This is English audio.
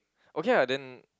okay ah then